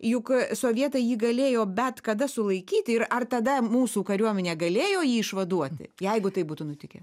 juk sovietai jį galėjo bet kada sulaikyti ir ar tada mūsų kariuomenė galėjo jį išvaduoti jeigu tai būtų nutikę